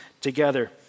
together